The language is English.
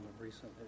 recently